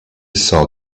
saw